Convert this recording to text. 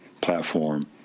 platform